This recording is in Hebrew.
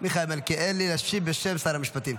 מיכאל מלכיאלי, להשיב בשם שר המשפטים.